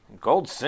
Gold